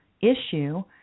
issue